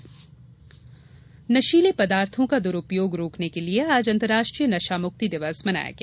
नशामुक्ति नशीले पदार्थों का दुरूपयोग रोकने के लिए आज अंतर्राष्ट्रीय नशामुक्ति दिवस मनाया गया